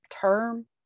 term